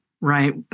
right